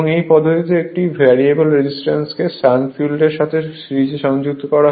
এই পদ্ধতিতে একটি ভেরিয়েবল রেজিস্ট্যান্সকে শান্ট ফিল্ডের সাথে সিরিজে সংযুক্ত করা হয়